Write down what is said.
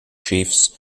chiefs